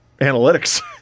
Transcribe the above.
analytics